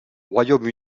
royaume